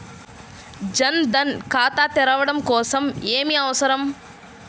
జన్ ధన్ ఖాతా తెరవడం కోసం ఏమి అవసరం?